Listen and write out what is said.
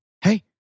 Hey